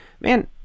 man